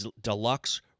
deluxe